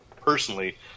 personally